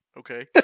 Okay